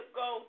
go